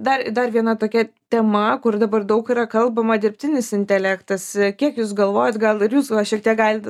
dar dar viena tokia tema kur dabar daug yra kalbama dirbtinis intelektas kiek jūs galvojat gal ir jūs gal šiek tiek galit